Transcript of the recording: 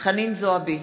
חנין זועבי,